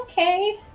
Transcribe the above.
Okay